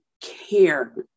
care